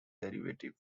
derivative